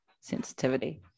sensitivity